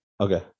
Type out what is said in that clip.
Okay